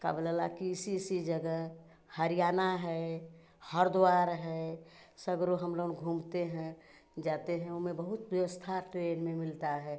का बोला ला कि इसी इसी जगह हरियाणा है हरिद्वार है सबरो हम लोगन घूमते हैं जाते हैं उसमें बहुत व्यवस्था ट्रेन में मिलता है